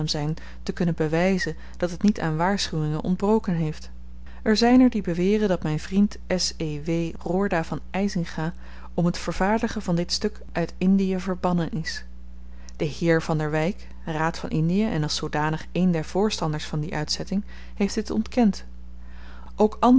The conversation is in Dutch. te kunnen bewyzen dat het niet aan waarschuwingen ontbroken heeft er zyn er die beweren dat myn vriend s e w roorda van eysinga om t vervaardigen van dit stuk uit indie verbannen is de heer van der wyck raad van indie en als zoodanig een der voorstanders van die uitzetting heeft dit ontkend ook